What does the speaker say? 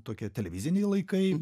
tokie televiziniai laikai